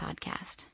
podcast